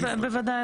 בוודאי,